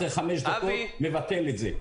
אחרי חמש דקות משרד הבריאות מבטל את זה.